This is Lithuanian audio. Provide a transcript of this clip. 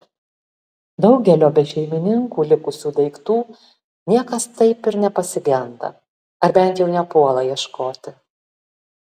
daugelio be šeimininkų likusių daiktų niekas taip ir nepasigenda ar bent jau nepuola ieškoti